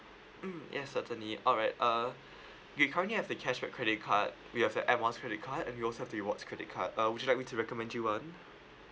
mm yes certainly alright uh we currently have the cashback credit card we have the air miles credit card and we also have the rewards credit card uh would you like me to recommend you one